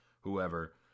whoever